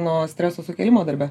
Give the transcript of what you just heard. nuo streso sukėlimo darbe